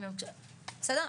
בסדר,